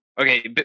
okay